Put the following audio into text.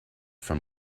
from